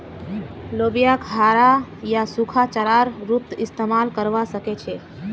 लोबियाक हरा या सूखा चारार रूपत इस्तमाल करवा सके छे